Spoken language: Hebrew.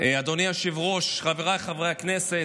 אדוני היושב-ראש, חבריי חברי הכנסת.